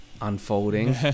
unfolding